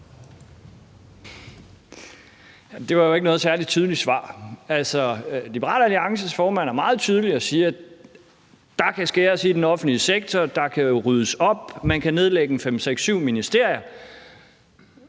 Det var jo ikke noget særlig tydeligt svar. Altså, Liberal Alliances formand er meget tydelig og siger: Der kan skæres i den offentlige sektor, der kan ryddes op, man kan nedlægge fem, seks, syv ministerier.